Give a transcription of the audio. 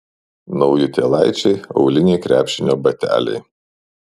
naujutėlaičiai auliniai krepšinio bateliai